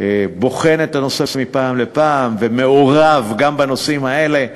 בוחן את הנושא מפעם לפעם ומעורב גם בנושאים האלה,